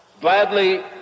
Gladly